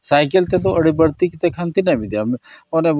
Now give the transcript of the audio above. ᱛᱮᱫᱚ ᱟᱹᱰᱤ ᱵᱟᱹᱲᱛᱤ ᱠᱟᱛᱮᱫ ᱠᱷᱟᱱ ᱛᱤᱱᱟᱹᱜ ᱮᱢ ᱤᱫᱤᱭᱟ ᱚᱱᱮ